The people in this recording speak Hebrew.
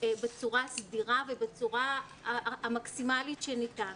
בצורה סדירה ובצורה המקסימלית שניתן.